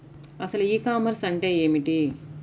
అసలు ఈ కామర్స్ అంటే ఏమిటి?